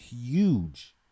Huge